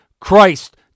Christ